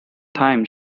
thyme